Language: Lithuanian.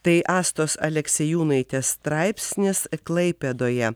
tai astos aleksėjūnaitės straipsnis klaipėdoje